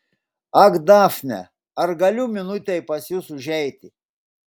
ak dafne ar galiu minutei pas jus užeiti